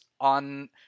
on